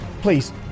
Please